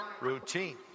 routine